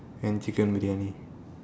and chicken briyani